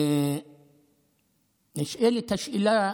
נשאלת השאלה,